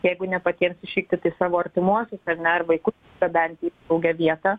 jeigu ne patiems išvykti tai savo artimuosius ar ne ar vaikus išgabenti į saugią vietą